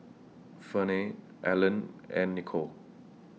Ferne Alleen and Nicole